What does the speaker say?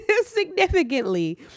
significantly